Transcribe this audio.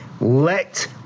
Let